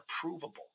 provable